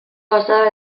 basada